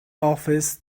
office